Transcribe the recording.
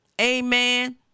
Amen